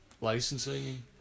licensing